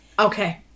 Okay